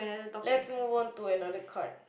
let's move on to another card